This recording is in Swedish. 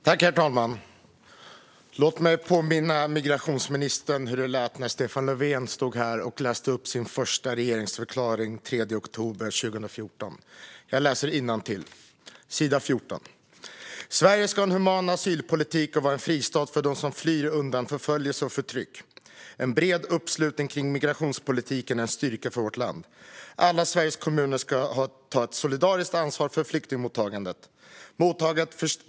Herr talman! Låt mig påminna migrationsministern om hur det lät när Stefan Löfven stod här och läste upp sin första regeringsförklaring den 3 oktober 2014: "Sverige ska ha en human asylpolitik och vara en fristad för dem som flyr undan förföljelse och förtryck. En bred uppslutning kring migrationspolitiken är en styrka för vårt land. Alla Sveriges kommuner ska ta ett solidariskt ansvar för flyktingmottagandet.